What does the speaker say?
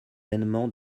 vainement